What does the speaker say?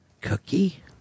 cookie